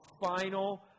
final